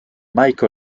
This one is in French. mike